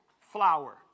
flower